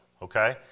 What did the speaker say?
okay